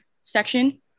section